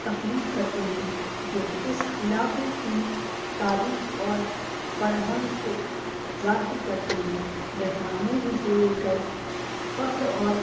تخلیق کرتے ہیں جو اس علاقے کی تاریخ اور فرہنگ کو ظاہر کرتے ہیں وہ معمولی سے رہ کر فخر اور